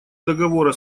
договора